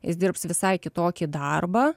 jis dirbs visai kitokį darbą